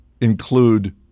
include